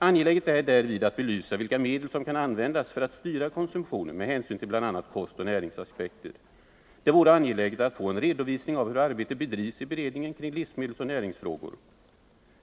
Angeläget är därvid att belysa vilka medel som kan användas för att styra konsumtionen med hänsyn till bl.a. kostoch näringsaspekter. Det vore angeläget att få en redovisning av hur arbetet bedrivs i beredningen om livsmedelsoch näringsfrågor.